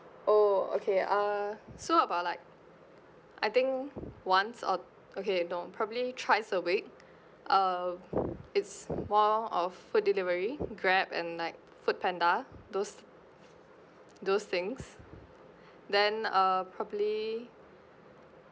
oh okay uh so about like I think once or okay no probably thrice a week uh it's more of food delivery grab and like food panda those those things then uh probably